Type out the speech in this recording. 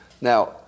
Now